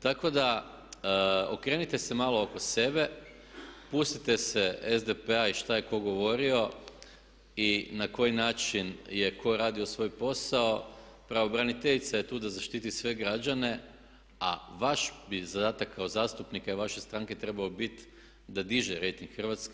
Tako da okrenite se malo oko sebe, pustite se SDP-a i šta je ko govorio i na koji način je ko radio svoj posao, pravobraniteljica je tu da zaštiti sve građane a vaš bi zadataka kao zastupnika i vaše stranke trebao biti da diže rejting Hrvatske.